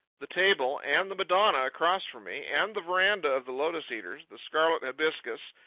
the table, and the madonna across from me, and the veranda of the lotus-eaters, the scarlet hibiscus,